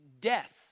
death